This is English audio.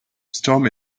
storm